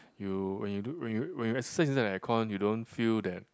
you when you do when you when you exercise inside the air con you don't feel that